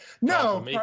no